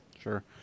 Sure